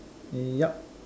uh yup